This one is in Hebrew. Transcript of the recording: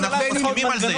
אנחנו מסכימים על זה,